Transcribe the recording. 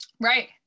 Right